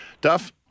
Duff